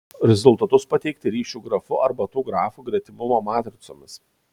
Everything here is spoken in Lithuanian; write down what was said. rezultatus pateikti ryšių grafu arba tų grafų gretimumo matricomis